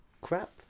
crap